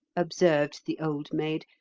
observed the old maid,